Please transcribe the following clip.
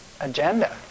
agenda